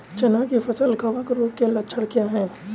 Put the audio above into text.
चना की फसल कवक रोग के लक्षण क्या है?